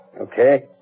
Okay